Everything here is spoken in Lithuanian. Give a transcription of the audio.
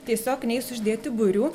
tiesiog neis uždėti būrių